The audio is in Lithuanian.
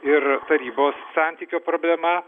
ir tarybos santykio problema